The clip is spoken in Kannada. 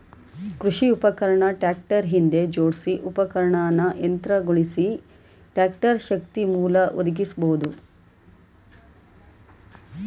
ಕೃಷಿ ಉಪಕರಣ ಟ್ರಾಕ್ಟರ್ ಹಿಂದೆ ಜೋಡ್ಸಿ ಉಪಕರಣನ ಯಾಂತ್ರಿಕಗೊಳಿಸಿ ಟ್ರಾಕ್ಟರ್ ಶಕ್ತಿಯಮೂಲ ಒದಗಿಸ್ಬೋದು